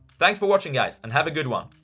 thanks for watching guys and have a good one!